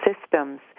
systems